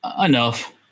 Enough